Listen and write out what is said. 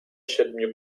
siedmiu